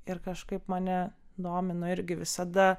ir kažkaip mane domino irgi visada